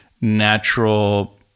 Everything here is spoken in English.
natural